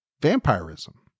vampirism